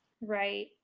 Right